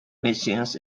machines